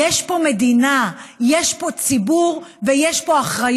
יש פה מדינה, יש פה ציבור ויש פה אחריות.